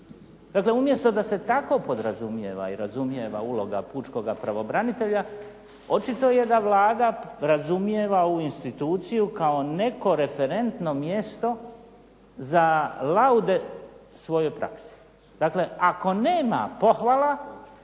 Dakle, umjesto da se tako podrazumijeva i razumijeva uloga pučkoga pravobranitelja, očito je da Vlada razumijeva ovu instituciju kao neko referentno mjesto za laude svojoj praksi. Dakle, ako nema pohvala